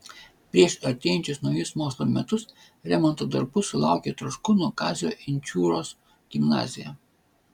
prieš artėjančius naujus mokslo metus remonto darbų sulaukė troškūnų kazio inčiūros gimnazija